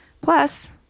Plus